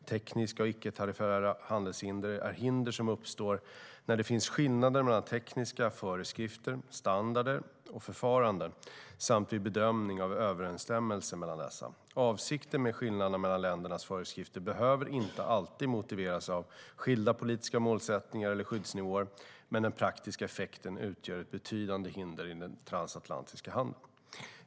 Tekniska och icke-tariffära handelshinder är hinder som uppstår när det finns skillnader mellan tekniska föreskrifter, standarder och förfaranden samt vid bedömning av överensstämmelse mellan dessa. Avsikten med skillnader mellan ländernas föreskrifter behöver inte alltid motiveras av skilda politiska målsättningar eller skyddsnivåer, men den praktiska effekten utgör ett betydande hinder i den transatlantiska handeln.